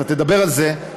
אתה תדבר על זה.